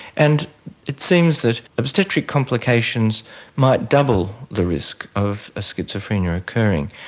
and it seems that obstetric complications might double the risk of a schizophrenia occurring.